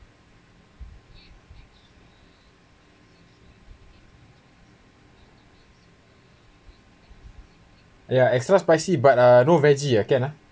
ya extra spicy but uh no veggie uh can uh